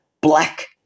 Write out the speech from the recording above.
Black